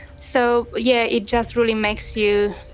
so yeah, it just really makes you